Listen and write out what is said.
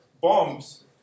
bombs